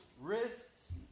wrists